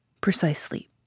Precisely